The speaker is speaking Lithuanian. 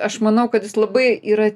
aš manau kad jis labai yra